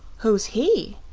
who's he?